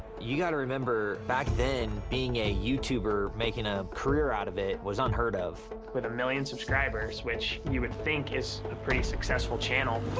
you gotta remember, back then, being a youtuber, making a career out of it was unheard of. coby with a million subscribers, which you would think is a pretty successful channel.